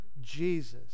Jesus